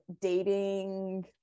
dating